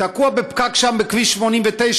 תקוע בפקק שם בכביש 89,